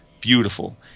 beautiful